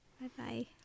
Bye-bye